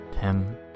Tim